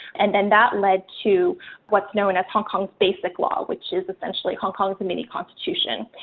and then that led to what's known as hong kong basic law, which is essentially hong kong's and mini constitution.